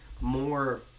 more